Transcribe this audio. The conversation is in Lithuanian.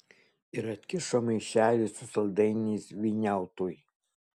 ir atkišo maišelį su saldainiais vyniautui